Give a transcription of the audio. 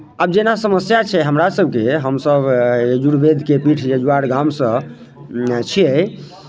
आब जेना समस्या छै हमरासभके हमसभ यजुर्वेदके पीठ जजुआर गाम सँ छियै